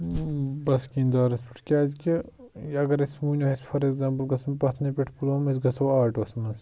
بَسکیٖندارَس پٮ۪ٹھ کیٛازِکہِ اگر أسۍ ؤنِو اَسہِ فار اٮ۪کزامپٕل گژھن پَتھنہِ پٮ۪ٹھ پُلوام أسۍ گژھو آٹُوَس منٛز